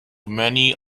many